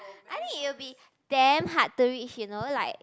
I think it will be damn hard to reach you know like